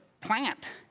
plant